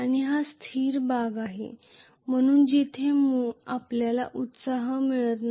आणि हा स्थिर भाग आहे म्हणून जिथे आपल्याला एक्साइटेशन मिळत आहे